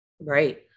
Right